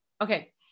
okay